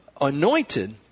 anointed